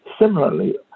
similarly